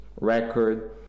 record